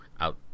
out